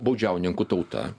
baudžiauninkų tauta